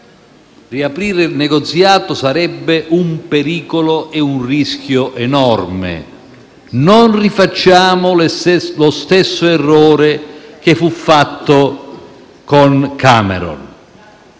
riaprire il negoziato, perché sarebbe un pericolo e un rischio enorme. Non ripetiamo lo stesso errore che fu fatto con Cameron.